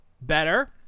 better